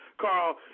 Carl